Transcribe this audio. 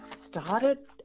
started